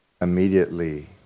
immediately